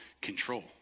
control